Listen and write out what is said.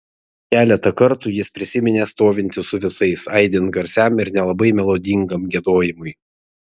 keletą kartų jis prisiminė stovintis su visais aidint garsiam ir nelabai melodingam giedojimui